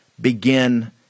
begin